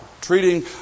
Treating